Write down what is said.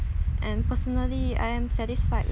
and personally I am satisfied